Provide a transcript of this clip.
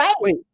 wait